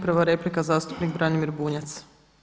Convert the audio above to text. Prva replika zastupnik Branimir Bunjac.